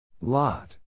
Lot